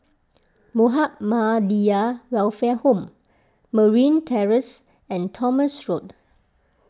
Muhammadiyah Welfare Home Marine Terrace and Thomson Road